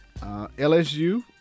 LSU